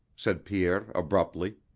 said pierre abruptly,